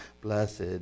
Blessed